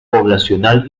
poblacional